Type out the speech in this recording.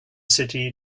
city